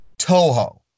Toho